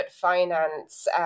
finance